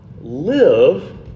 live